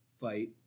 fight